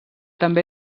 també